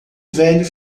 velho